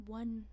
one